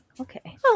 okay